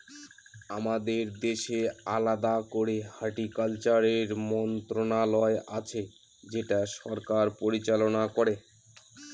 আমাদের দেশে আলাদা করে হর্টিকালচারের মন্ত্রণালয় আছে যেটা সরকার পরিচালনা করে